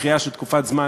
דחייה של תקופת זמן